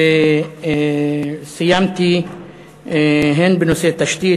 וסיימתי הן בנושא תשתית,